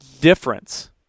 difference